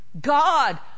God